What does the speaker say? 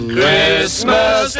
Christmas